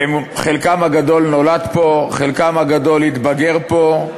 חלקם הגדול נולד פה, חלקם הגדול התבגר פה,